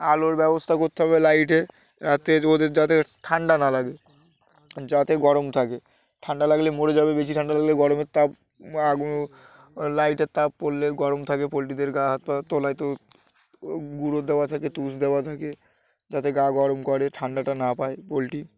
আলোর ব্যবস্থা করতে হবে লাইটে রাতে ওদের যাতে ঠান্ডা না লাগে যাতে গরম থাকে ঠান্ডা লাগলে মরে যাবে বেশি ঠান্ডা লাগলে গরমের তাপ আগুন লাইটের তাপ পড়লে গরম থাকে পোলট্রিদের গা হাত পা তলায় তো গুঁড়ো দেওয়া থাকে তুষ দেওয়া থাকে যাতে গা গরম করে ঠান্ডাটা না পায় পোলট্রি